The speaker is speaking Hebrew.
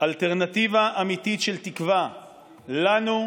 אלטרנטיבה אמיתית של תקווה לנו,